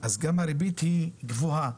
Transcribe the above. הריבית היא גבוהה.